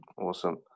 Awesome